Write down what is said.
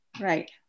Right